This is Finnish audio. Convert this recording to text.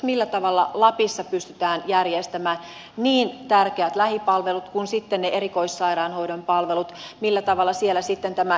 millä tavalla esimerkiksi lapissa pystytään järjestämään niin tärkeät lähipalvelut kuin ne erikoissairaanhoidon palvelut millä tavalla siellä sitten tämä erva muotoutuu